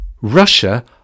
Russia